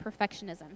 perfectionism